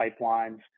pipelines